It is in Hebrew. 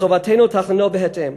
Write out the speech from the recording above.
וחובתנו לתכננו בהתאם.